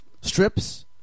strips